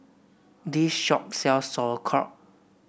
this shop sells Sauerkraut